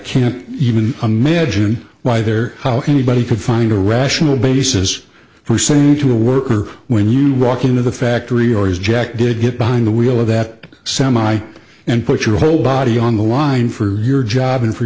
can't even imagine why there how anybody could find a rational basis for saying to a worker when you walk into the factory or as jack did get behind the wheel of that semi and put your whole body on the line for your job and for